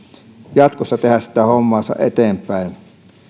jatkossa niin että voi tehdä sitä hommaansa eteenpäin